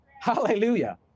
hallelujah